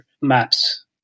maps